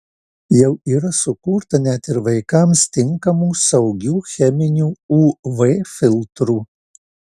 jau yra sukurta net ir vaikams tinkamų saugių cheminių uv filtrų